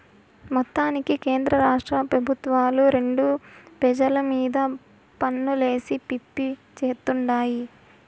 మొత్తానికి కేంద్రరాష్ట్ర పెబుత్వాలు రెండు పెజల మీద పన్నులేసి పిప్పి చేత్తుండాయి